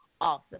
awesome